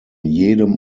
jedem